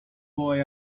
boy